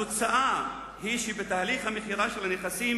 התוצאה היא שבתהליך המכירה של הנכסים